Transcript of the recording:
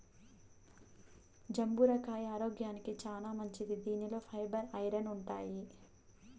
జంబూర కాయ ఆరోగ్యానికి చానా మంచిది దీనిలో ఫైబర్, ఐరన్ ఉంటాయి